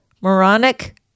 moronic